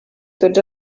tots